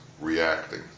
reacting